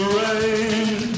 rain